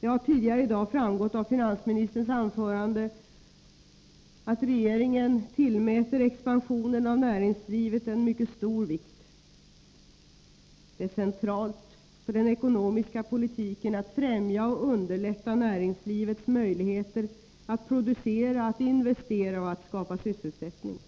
Det har tidigare i dag framgått av finansministerns anförande att regeringen tillmäter expansionen av näringslivet mycket stor vikt. Det är centralt för den ekonomiska politiken att främja och underlätta näringslivets möjligheter att producera, investera och skapa sysselsättning.